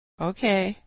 Okay